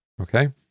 Okay